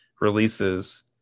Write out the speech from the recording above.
releases